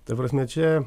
ta prasme čia